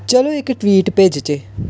चलो इक ट्वीट भेजचै